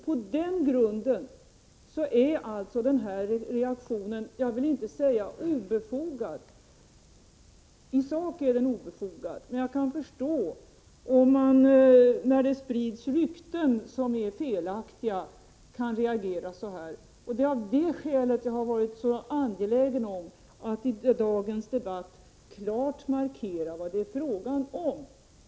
På den grunden är alltså de reaktioner som kommit i sak obefogade. Men jag kan förstå dessa reaktioner efter de felaktiga rykten som har spritts. Av det skälet har jag varit angelägen att i dagens debatt klart markera vad det är fråga om.